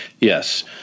Yes